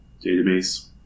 database